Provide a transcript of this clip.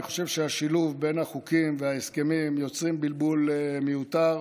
אני חושב שהשילוב בין החוקים וההסכמים יוצר בלבול מיותר.